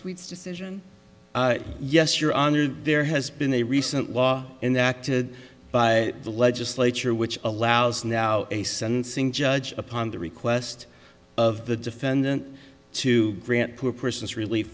sweets decision yes your honor there has been a recent law and acted by the legislature which allows now a sentencing judge upon the request of the defendant to grant poor persons relief